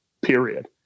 period